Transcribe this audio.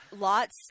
Lots